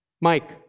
Mike